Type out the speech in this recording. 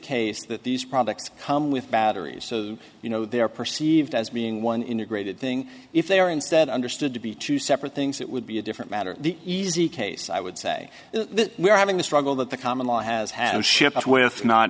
case that these products come with batteries you know they are perceived as being one integrated thing if they are instead understood to be two separate things it would be a different matter the easy case i would say that we are having a struggle that the common law has had to ship with not